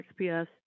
XPS